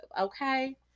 okay